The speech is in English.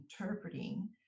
interpreting